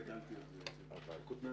הישיבה